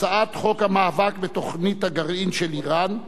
הצעת חוק המאבק בתוכנית הגרעין של אירן,